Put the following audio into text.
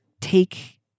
take